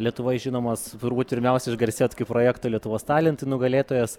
lietuvoj žinomas turbūt pirmiausia išgarsėjot kaip projekto lietuvos talentai nugalėtojas